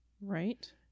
Right